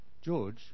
George